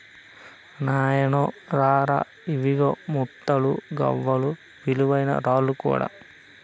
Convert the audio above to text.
నాయినో రా రా, ఇయ్యిగో ముత్తాలు, గవ్వలు, విలువైన రాళ్ళు కూడా